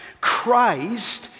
Christ